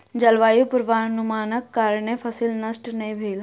जलवायु पूर्वानुमानक कारणेँ फसिल नष्ट नै भेल